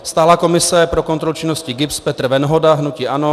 Stálá komise pro kontrolu činnosti GIBS Petr Venhoda, hnutí ANO.